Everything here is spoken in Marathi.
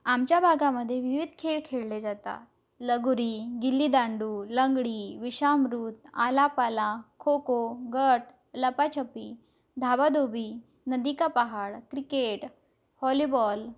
आमच्या भागामध्ये विविध खेळ खेळले जातात लगोरी गिल्लीदांडू लंगडी विषामृत आलापाला खोखो गट लपाछपी धाबाधोबी नदी का पहाड क्रिकेट हॉलीबॉल